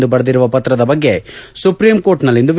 ಎಂದು ಬರೆದಿರುವ ಪತ್ರದ ಬಗ್ಗೆ ಸುಪ್ರೀಂ ಕೋರ್ಟ್ನಲ್ಲಿಂದು ವಿಚಾರಣೆ